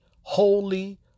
holy